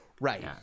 Right